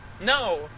no